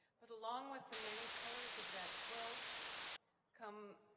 but along with the many colors of that quilt come